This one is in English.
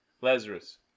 Lazarus